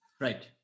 Right